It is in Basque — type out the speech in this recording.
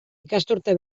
ikasturte